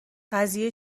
قضیه